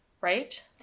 right